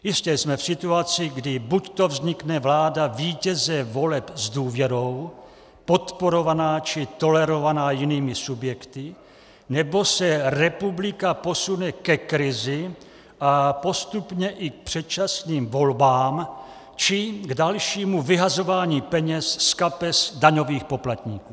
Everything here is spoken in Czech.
Jistě, jsme v situaci, kdy buď vznikne vláda vítěze voleb s důvěrou podporovaná či tolerovaná jinými subjekty, nebo se republika posune ke krizi a postupně i k předčasným volbám či k dalšímu vyhazování peněz z kapes daňových poplatníků.